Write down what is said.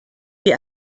wir